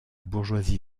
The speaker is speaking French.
bourgeoisie